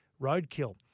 roadkill